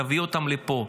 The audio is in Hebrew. תביא אותם לפה.